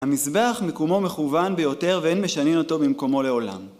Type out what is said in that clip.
המזבח מקומו מכוון ביותר ואין משנעים אותו ממקומו לעולם